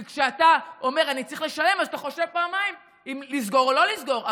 כי כשאתה אומר: אני צריך לשלם אז אתה חושב פעמיים אם לסגור או לא לסגור,